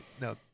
no